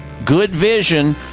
GoodVision